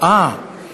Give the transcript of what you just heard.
התשע"ד 2014,